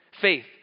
Faith